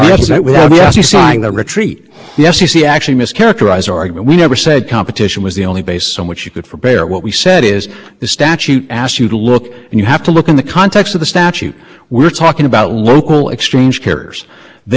you're dealing the only issue the section two fifty one deals with is competition it's designed to promote local competition so you can't say that waiving section two fifty one is about anything but competition that's the whole purpose of that section so